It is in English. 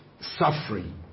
suffering